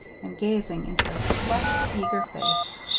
and gazing into a flushed, eager face.